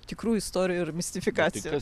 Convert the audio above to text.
tikrų istorijų ir mistifikacijų